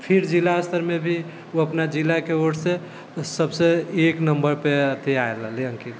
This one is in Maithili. फिर जिला स्तरमे भी ओ अपना जिलाके ओरसँ सबसँ एक नम्बरपर अथी आएल रहलै अंकित